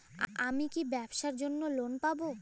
আমি কি ব্যবসার জন্য লোন পাব?